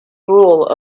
rule